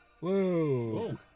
Whoa